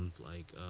like,